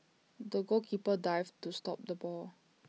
the goalkeeper dived to stop the ball